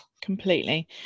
Completely